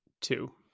two